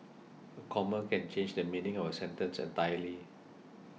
a comma can change the meaning of a sentence entirely